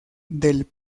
del